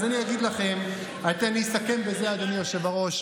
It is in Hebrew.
אני אסכם בזה, אדוני היושב-ראש,